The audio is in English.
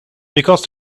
because